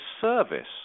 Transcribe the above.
service